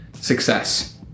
Success